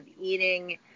eating